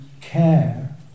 care